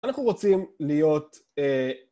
אנחנו רוצים להיות אה...